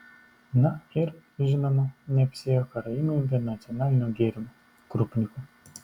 na ir žinoma neapsiėjo karaimai be nacionalinio gėrimo krupniko